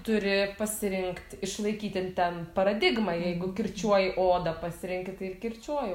turi pasirinkt išlaikyti n ten paradigmą jeigu kirčiuoji oda pasirenki tai ir kirčiuoji